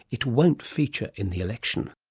it won't feature in the election.